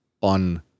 on